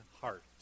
heart